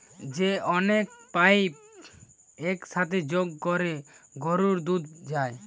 যে অনেক পাইপ এক সাথে যোগ কোরে গরুর দুধ যায়